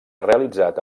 realitzat